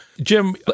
Jim